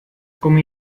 gummi